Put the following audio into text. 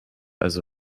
also